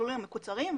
במסלולים המקוצרים,